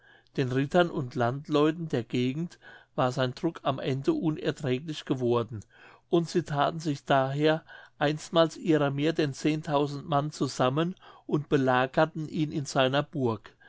den rittern und landleuten der gegend war sein druck am ende unerträglich geworden und sie thaten sich daher einstmals ihrer mehr denn zehntausend mann zusammen und belagerten ihn in seiner burg